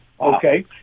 Okay